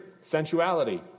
sensuality